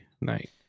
night